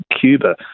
Cuba